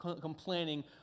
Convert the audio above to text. complaining